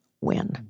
win